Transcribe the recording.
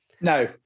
No